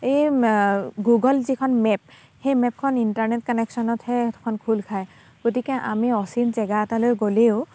এই গুগল যিখন মেপ সেই মেপখন ইণ্টাৰনেট কানেকশ্যনতহে সেইখন খোল খায় গতিকে আমি অচিন জেগা এটালৈ গ'লেও